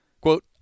Quote